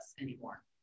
anymore